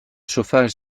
chauffage